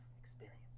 experience